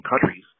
countries